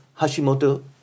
Hashimoto